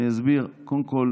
אני אסביר: קודם כול